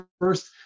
first